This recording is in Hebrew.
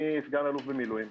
אני סגן אלוף במילואים.